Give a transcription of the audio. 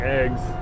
eggs